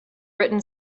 written